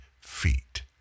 feet